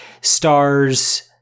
stars